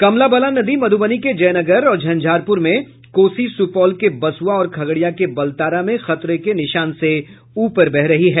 कमला बलान नदी मधुबनी के जयनगर और झंझारपुर में कोसी सुपौल के बसुआ और खगड़िया के बलतारा में खतरे के निशान से ऊपर बह रही है